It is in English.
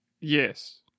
Yes